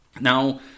Now